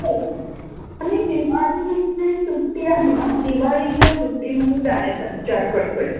बरं आणि दिवाळीची सुट्टी आहे ना दिवाळीच्या सुट्टीमध्ये जाण्याचा विचार करतो आहे